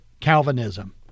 Calvinism